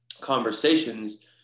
conversations